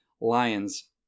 Lions